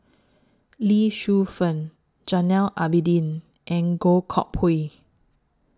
Lee Shu Fen Zainal Abidin and Goh Koh Pui